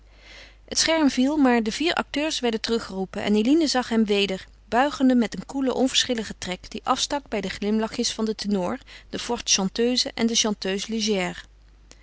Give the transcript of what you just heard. het scherm viel maar de vier acteurs werden teruggeroepen en eline zag hem weder buigende met een koelen onverschilligen trek die afstak bij de glimlachjes van den tenor de forte chanteuse en de chanteuse légère